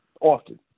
often